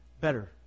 better